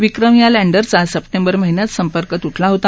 विक्रम या लँडरचा सप्टेंबर महिन्यात संपर्क तुटला होता